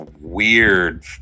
weird